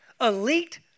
elite